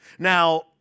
Now